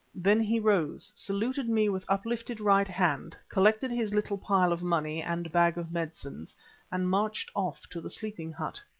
then he rose, saluted me with uplifted right hand, collected his little pile of money and bag of medicines and marched off to the sleeping hut.